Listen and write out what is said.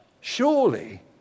Surely